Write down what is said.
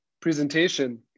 presentation